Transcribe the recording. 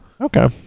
Okay